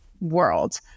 world